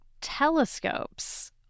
telescopes